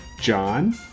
John